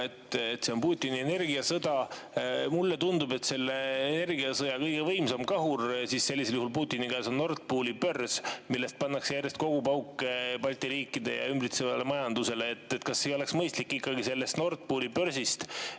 et see on Putini energiasõda. Mulle tundub, et selle energiasõja kõige võimsam kahur Putini käes sellisel juhul on Nord Pooli börs, millest pannakse järjest kogupauke Balti riikide ja ümbritsevate riikide majandusele. Kas ei oleks mõistlik ikkagi sellest Nord Pooli börsist